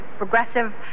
Progressive